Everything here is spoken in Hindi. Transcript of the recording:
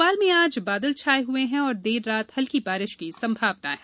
भोपाल में आज बादल छाये हुए हैं और देर रात हल्की बारिश की संभावना है